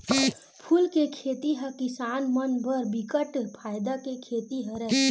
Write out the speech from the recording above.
फूल के खेती ह किसान मन बर बिकट फायदा के खेती हरय